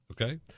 Okay